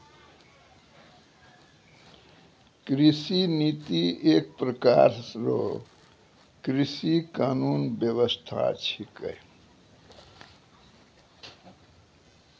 कृषि नीति एक प्रकार रो कृषि कानून व्यबस्था छिकै